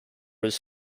his